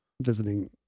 visiting